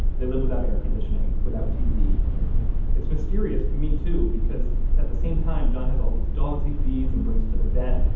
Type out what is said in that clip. they live without air conditioning, without tv it's mysterious to me, too, because at the same time, john has all these dogs he feeds and brings to the vet,